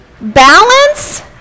balance